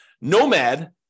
Nomad